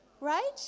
Right